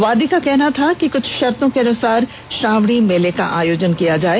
वादी का कहना था कि कुछ शतों के साथ श्रावणी मेले का आयोजन किया जाए